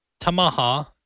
Tamaha